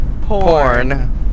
Porn